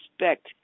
respect